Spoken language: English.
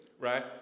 right